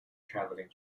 traveling